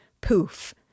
poof